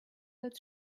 that